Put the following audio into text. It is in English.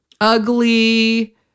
ugly